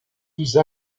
douze